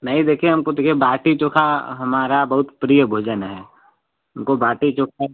नहीं देखिए हमको देखिए बाटी चोखा हमारा बहुत प्रिय भोजन है हमको बाटी चोखा